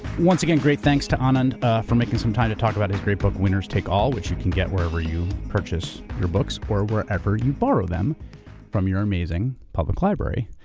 once again great thanks to anand for making some time to talk about his great book winners take all which you get wherever you purchase your books, or wherever you borrow them from your amazing public library.